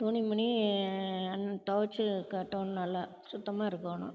துணிமணி அன் தொவைச்சு கட்டணும் நல்லா சுத்தமாக இருக்கணும்